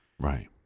Right